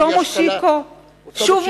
זה אותו מושיקו שדיברתי עליו.